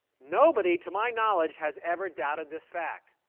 nobody, to my knowledge, has ever doubted this fact.